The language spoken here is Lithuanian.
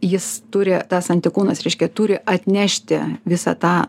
jis turi tas antikūnas reiškia turi atnešti visą tą